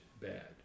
bad